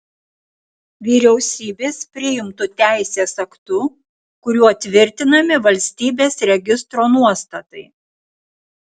vyriausybės priimtu teisės aktu kuriuo tvirtinami valstybės registro nuostatai